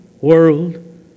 world